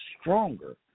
stronger